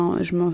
je